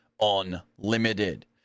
Unlimited